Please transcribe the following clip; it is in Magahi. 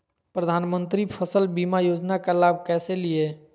प्रधानमंत्री फसल बीमा योजना का लाभ कैसे लिये?